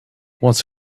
once